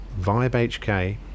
vibehk